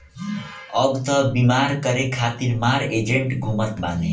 अब तअ बीमा करे खातिर मार एजेन्ट घूमत बाने